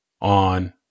on